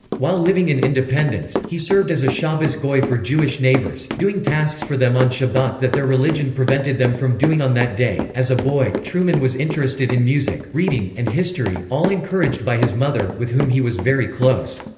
while living in independence, he served as a shabbos goy for jewish neighbors, doing tasks for them on shabbat that their religion prevented them from doing on that day as a boy, truman was interested in music, reading, and history, all encouraged by his mother, with whom he was very close.